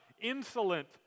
insolent